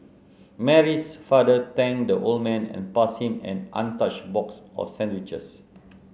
Mary's father thanked the old man and passed him an untouched box of sandwiches